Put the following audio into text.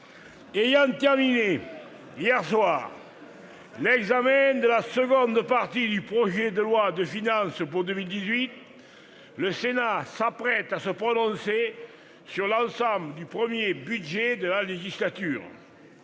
Ayant terminé hier soir l'examen de la seconde partie du projet de loi de finances pour 2018, le Sénat s'apprête à se prononcer sur l'ensemble du premier budget de la législature.